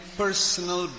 personal